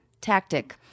Tactic